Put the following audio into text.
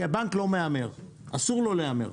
כי הבנק לא מהמר, אסור לו להמר.